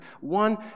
One